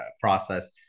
process